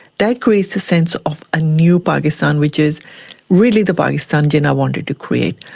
that creates a sense of a new pakistan which is really the pakistan jinnah wanted to create.